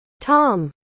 Tom